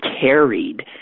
carried